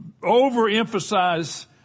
overemphasize